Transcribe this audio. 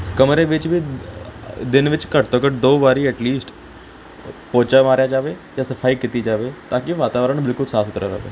ਕਮਰੇ ਵਿੱਚ ਵੀ ਦਿਨ ਵਿੱਚ ਘੱਟ ਤੋਂ ਘੱਟ ਦੋ ਵਾਰੀ ਐਟਲਿਸਟ ਪੋਚਾ ਮਾਰਿਆ ਜਾਵੇ ਜਾਂ ਸਫਾਈ ਕੀਤੀ ਜਾਵੇ ਤਾਂ ਕਿ ਵਾਤਾਵਰਨ ਬਿਲਕੁਲ ਸਾਫ਼ ਸੁਥਰਾ ਰਹੇ